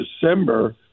December